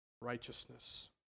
righteousness